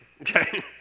Okay